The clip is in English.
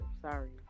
Sorry